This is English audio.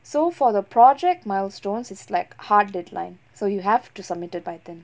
so for the project milestones it's like hard deadline so you have to submitted by then